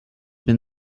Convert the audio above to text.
been